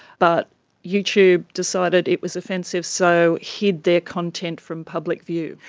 but youtube decided it was offensive, so hid their content from public view.